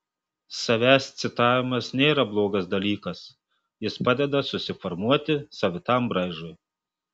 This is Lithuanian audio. savęs citavimas nėra blogas dalykas jis padeda susiformuoti savitam braižui